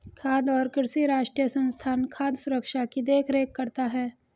खाद्य और कृषि राष्ट्रीय संस्थान खाद्य सुरक्षा की देख रेख करता है